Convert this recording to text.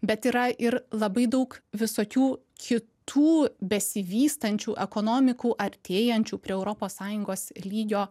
bet yra ir labai daug visokių kitų besivystančių ekonomikų artėjančių prie europos sąjungos lygio